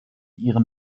ihrem